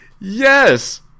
Yes